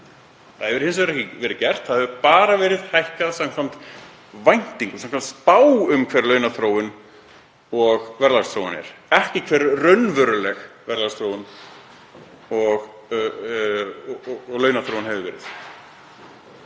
Það hefur hins vegar ekki verið gert. Það hefur bara verið hækkað samkvæmt væntingum, samkvæmt spá um hver launaþróun og verðlagsþróun verður, ekki hver raunveruleg verðlagsþróun og launaþróun hefur verið.